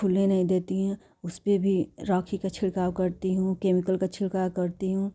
फूलने नहीं देती है उस पर भी राखी का छिड़काव करती हूँ केमिकल का छिड़काव करती हूँ